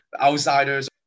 outsiders